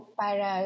para